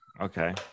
okay